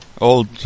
old